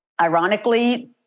Ironically